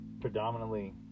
predominantly